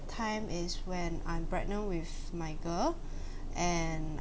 time is when I'm pregnant with my girl and